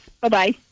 Bye-bye